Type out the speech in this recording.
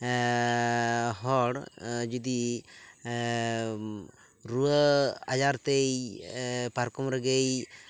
ᱦᱚᱲ ᱡᱩᱫᱤ ᱨᱩᱣᱟᱹ ᱟᱡᱟᱨ ᱛᱮᱭ ᱯᱟᱨᱠᱚᱢ ᱨᱮᱜᱮᱭ